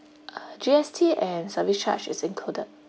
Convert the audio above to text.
uh G_S_T and service charge is included